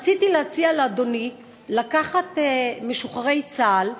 רציתי להציע לאדוני לקחת משוחררי צה"ל,